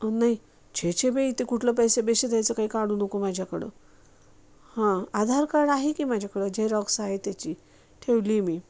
नाही छे छे बाई ते कुठलं पैसे बिसे द्यायचं काही काढू नको माझ्याकडं हां आधार कार्ड आहे की माझ्याकडं जेरॉक्स आहे त्याची ठेवली आहे मी